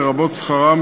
לרבות שכרם,